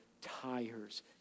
tires